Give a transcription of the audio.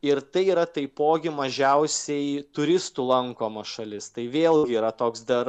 ir tai yra taipogi mažiausiai turistų lankoma šalis tai vėl yra toks dar